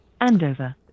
Andover